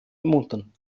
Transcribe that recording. ermuntern